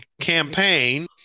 campaign